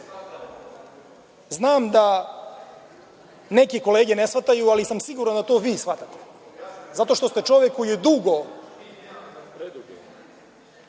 Znam da neke kolege ne shvataju, ali sam siguran da vi shvatate, zato što ste čovek koji je dugo